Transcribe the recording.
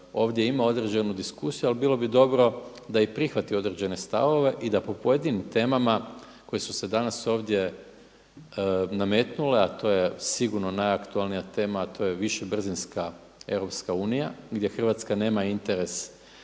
ovdje ima određenu diskusiju ali bilo bi dobro da i prihvati određene stavove i da po pojedinim temama koje su se danas ovdje nametnule a to je sigurno najaktualnija tema a to je višebrzinska EU gdje Hrvatska nema interes